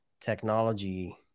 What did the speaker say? technology